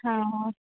ఆహా